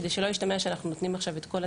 כדי שלא ישתמע שאנחנו נותנים עכשיו את כל התנאים,